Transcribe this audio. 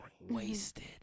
Wasted